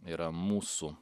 yra mūsų